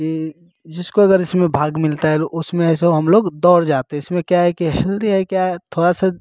कि जिसको जिसमें भाग मिलता है उसमें ऐसे हम लोग दौड़ जाते हैं इसमें क्या है कि हेल्दी क्या है थोड़ा सा